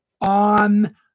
On